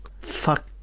Fuck